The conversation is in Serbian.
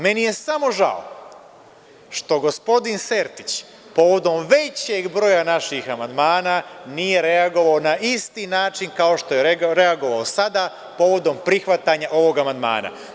Meni je samo žao što gospodin Sertić povodom većeg broja naših amandmana nije reagovao na isti način kao što je reagovao sada povodom prihvatanja ovog amandmana.